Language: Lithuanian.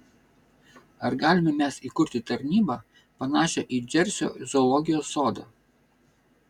ar galime mes įkurti tarnybą panašią į džersio zoologijos sodą